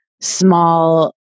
small